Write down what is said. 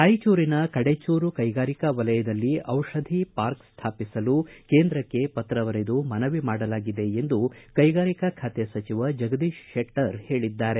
ರಾಯಚೂರಿನ ಕಡೆಚೂರು ಕೈಗಾರಿಕಾ ವಲಯದಲ್ಲಿ ದಿಷಧಿ ಪಾರ್ಕ್ ಸ್ಥಾಪಿಸಲು ಕೇಂದ್ರಕ್ಕೆ ಪತ್ರ ಬರೆದು ಮನವಿ ಮಾಡಲಾಗಿದೆ ಎಂದು ಕೈಗಾರಿಕಾ ಖಾತೆ ಸಚಿವ ಜಗದೀತ ಶೆಟ್ಟರ್ ಹೇಳಿದ್ದಾರೆ